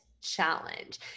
challenge